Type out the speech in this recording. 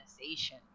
organization